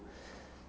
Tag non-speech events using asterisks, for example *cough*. *breath*